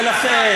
ולכן,